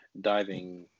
diving